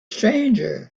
stranger